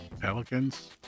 Pelicans